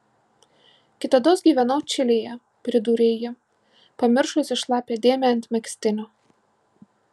kitados gyvenau čilėje pridūrė ji pamiršusi šlapią dėmę ant megztinio